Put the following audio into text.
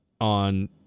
on